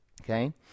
Okay